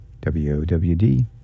W-O-W-D